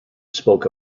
spoke